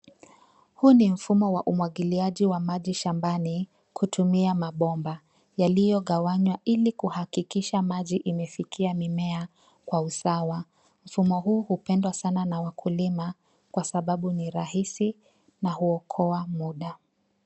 Huu ni mfumo wa umwagiliaji wa maji shambani kutumia mabomba yaliyogawanywa ili kuhakikisha maji imefikia mimea kwa usawa. Mfumo huu hupendwa sana na wakulima kwa sababu ni rahisi na huokoa muda.